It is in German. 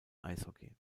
eishockey